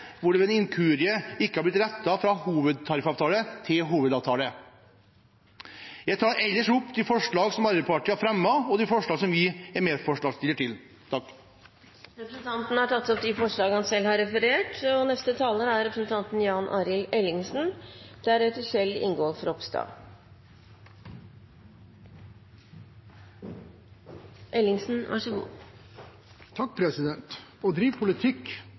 hvor ordet «Hovedtariffavtalen» ved en inkurie ikke har blitt rettet til «Hovedavtalen». Jeg tar opp de forslag som Arbeiderpartiet er medforslagsstiller til. Representanten Jorodd Asphjell har tatt opp de forslagene han refererte til. Å drive politikk